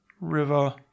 River